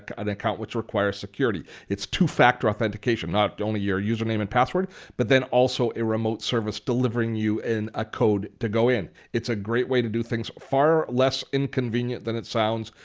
an account which requires security. it's two-factor authentication, not only your username and password but then also a remote service delivering you and a code to go in. it's a great way to do things, far less inconvenient that it sounds.